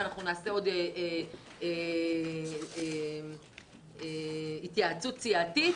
ואנחנו נערוך עוד התייעצות סיעתית.